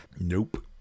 Nope